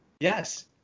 Yes